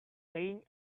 playing